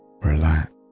relax